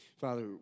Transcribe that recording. Father